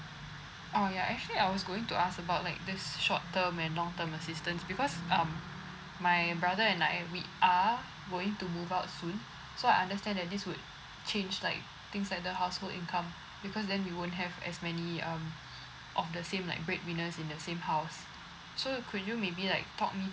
oh ya actually I was going to ask about like this short term and long term assistance because um my brother and I we are going to move out soon so I understand that this would change like things like the household income because then you won't have as many um of the same like breadwinners in the same house so could you maybe like talk me